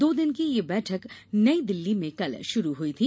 दो दिन की ये बैठक नई दिल्ली में कल शुरू हुई थी